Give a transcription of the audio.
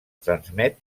transmet